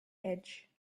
edge